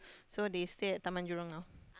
so they stay at Taman-Jurong now